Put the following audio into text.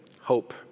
hope